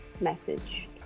message